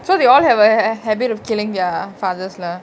so they all have a habit of killing their fathers lah